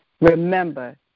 Remember